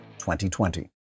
2020